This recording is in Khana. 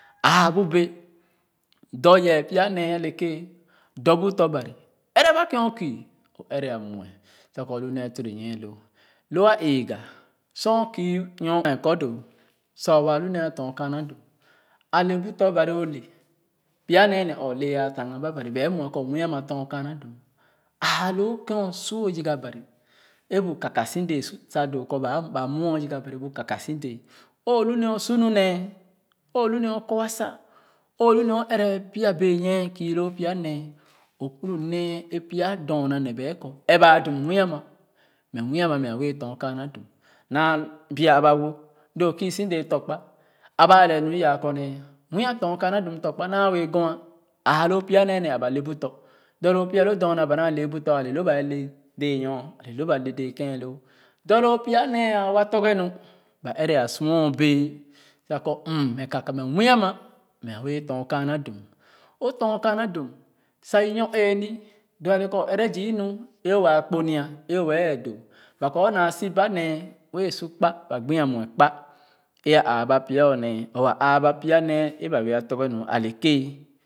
Aa bu bɛ dɔ yɛɛ pya nee ale kéé dɔ bu tɔ̃ Baṅ ɛrɛ ba kèn o kü o ɛrɛ a muɛ kèn borloo nyè loo lo a ɛgah sor kü m nyɔ kpem kɔ doo sa waa lu nee a tɔn kaana dum a le bu tɔ Baṅ o le pya nee le a taagah ba Baṅ bu kaka si dɛɛ o lu nee o su nu nee o lu nee a kɔ asa o lu nee o ɛrɛ pie bɛnyié kiè loo pya nee o kpuru nee a pya dorna nee bɛ kɔ ɛp baa dum mii a ma mɛ mii ana mɛ a wɛɛ tɔn kaana dum naa lu bia a ba wo doo o kuusu dɛɛ tɔ̃kpa a ba a lɛ nu ya kɔmee muui tɔn kaana dum tɔ̃ kpa wɛɛ kwua ãã le pya nee ne aba lɛ bu tɔ̃ dɔ loo pya lo dorna ba ŋaa le yo ba dɛɛ nyɔɔa le lo ba le dɛɛ kèn ye loo dɔ loo pya nee a wer tɔrge nu ba ɛrɛ a sua o bɛ̃ɛ̃ sa kɔ m mɛ kaka mɛ mii ama mɛ a wɛɛ tɔn kaana dum o tɔn kaana dum sa inyɔɔ ee-ni doo ale kɔ o ɛrɛ zü nu é waa kponya e wɛɛ doo ba kɔ naa si ba nee wɛɛ su kpa ba gbiba muɛ kpa é ba bɛɛ a tɔrge nu ale kéé